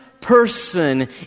person